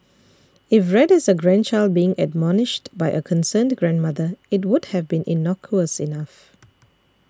if read as a grandchild being admonished by a concerned grandmother it would have been innocuous enough